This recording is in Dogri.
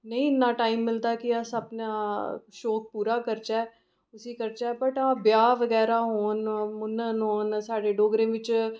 नेईं इन्ना टाइम मिलदा के अस अपना शोक पूरा करचै जी करचै पर ब्याह् बगैरा होन मुन्नन होन साढ़े डोगरें बिच